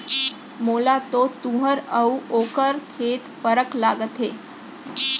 मोला तो तुंहर अउ ओकर खेत फरक लागत हे